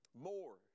More